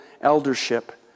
eldership